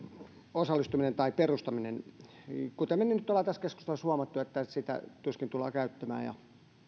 osallistuminen tai sen perustaminen ei välttämättä ole kovin tarpeellista kuten me nyt olemme tässä keskustelussa huomanneet sitä tuskin tullaan käyttämään ja